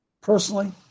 Personally